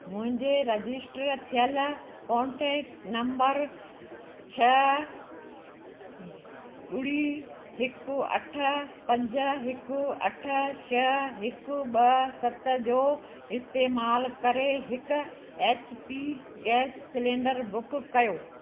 मुंहिंजे रजिस्टर थियल contact number छह ॿुड़ी हिकु अठ पंज हिकु अठ छह हिकु ॿ सत जो इस्तेमाल करे हिकु H P gas cylinder book कयो